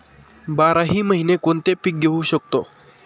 बाराही महिने कोणते पीक घेवू शकतो?